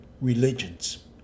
religions